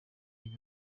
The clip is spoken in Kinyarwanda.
gihe